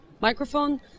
microphone